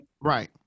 Right